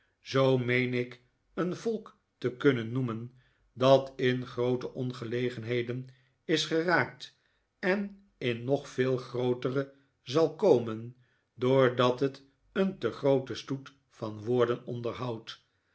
meen ik een volk te kunnen noemen dat in groote ongelegenheden is geraakt en in nog veel grootere zal komen doordat het een te grooten stoet van woor den onderhoudt